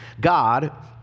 God